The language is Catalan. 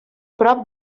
prop